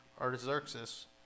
Artaxerxes